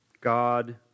God